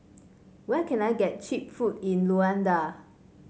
where can I get cheap food in Luanda